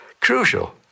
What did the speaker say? crucial